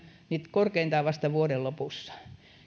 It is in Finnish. korkeintaan vasta vuoden lopussa